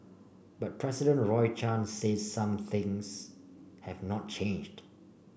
but President Roy Chan says some things have not changed